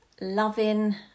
loving